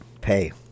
pay